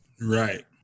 Right